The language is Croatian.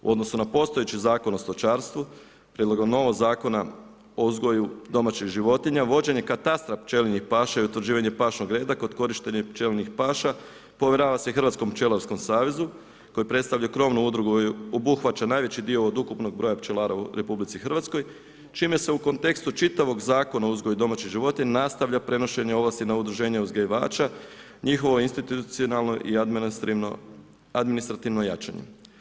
U odnosu na postojeći Zakon o stočarstvu, prijedlogom novog Zakona o uzgoju domaćih životinja, vođenje katastra pčelinje paše i utvrđivanja ... kod korištenja pčelinjih paša, povjerava se Hrvatskom pčelarskom savezu koji predstavlja krovnu udrugu i obuhvaća najveći dio od ukupnog broja pčelara u RH čime se u kontekstu čitavog Zakona o uzgoju domaćih životinja nastavlja prenošenje ovlasti na udruženje uzgajivača, njihovo institucionalno i administrativno jačanje.